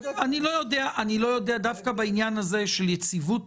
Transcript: דווקא בעניין הזה של יציבות,